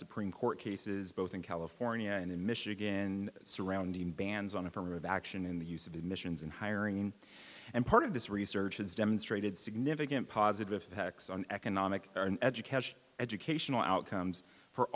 supreme court cases both in california and in michigan surrounding bans on affirmative action in the use of admissions in hiring and part of this research has demonstrated significant positive effects on economic education educational outcomes for